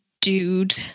dude